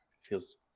Feels